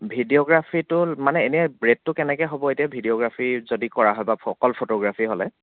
ভিডিঅ'গ্ৰাফীটো মানে এনেই ৰে'টটো কেনেকৈ হ'ব এতিয়া ভিডিঅ'গ্ৰাফী যদি কৰা হয় বা ফ অকল ফটোগ্ৰাফী হ'লে